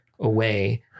away